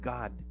God